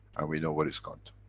and we know where it's gone to.